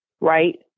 Right